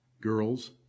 girls